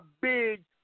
big